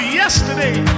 yesterday